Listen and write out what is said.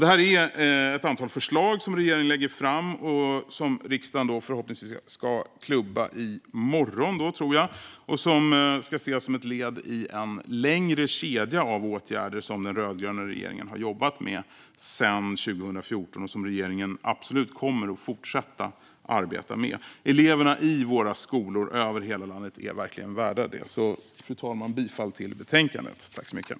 Det är ett antal förslag som regeringen nu lägger fram och som riksdagen förhoppningsvis ska klubba i morgon. De ska ses som ett led i en lång kedja av åtgärder som den rödgröna regeringen har jobbat med sedan 2014 och som regeringen absolut kommer att fortsätta arbeta med. Eleverna i våra skolor över hela landet är värda det. Fru talman! Jag yrkar bifall till utskottets förslag.